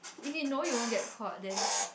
if you know you won't get caught then